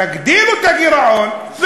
תגדילו את הגירעון,